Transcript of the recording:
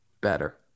Better